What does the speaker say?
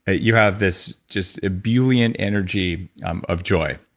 and you have this just ebullient energy um of joy.